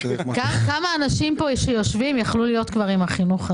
כמה אנשים שיושבים פה, יכלו להיות עם החינוך הזה.